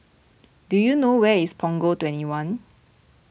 do you know where is Punggol twenty one